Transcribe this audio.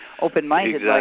open-minded